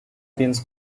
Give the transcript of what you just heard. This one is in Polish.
więc